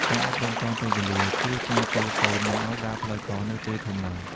ការអប់រំទាន់ពេលវេលា ជួយការពារកូនមិនឱ្យដើរផ្លូវខុសនៅពេលធំឡើង។